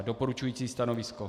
Doporučující stanovisko.